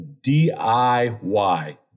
DIY